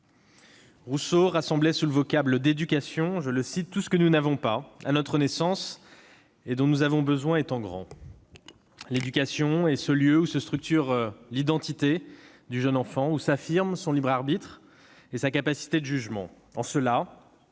Rousseau rassemblait sous le vocable d'éducation « tout ce que nous n'avons pas à notre naissance et dont nous avons besoin étant grands ». L'éducation est le lieu où se structure l'identité du jeune enfant, où s'affirment son libre arbitre et sa capacité de jugement. En cela,